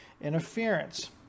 interference